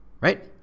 right